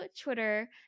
Twitter